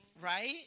Right